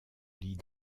lit